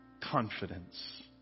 confidence